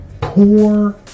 poor